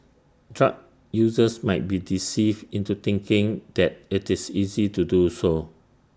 drug users might be deceived into thinking that IT is easy to do so